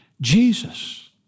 Jesus